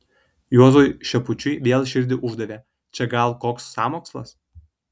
juozui šepučiui vėl širdį uždavė čia gal koks sąmokslas